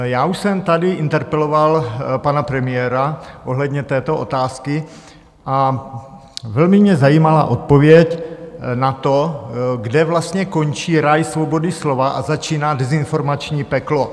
Já už jsem tady interpeloval pana premiéra ohledně této otázky a velmi mě zajímala odpověď na to, kde vlastně končí ráj svobody slova a začíná dezinformační peklo.